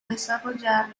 desarrollar